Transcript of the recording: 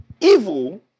evil